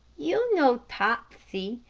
you know topsy,